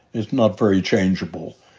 it's not very changeable.